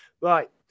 right